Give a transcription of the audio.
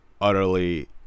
Utterly